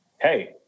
Hey